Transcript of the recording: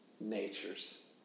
natures